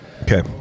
Okay